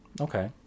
Okay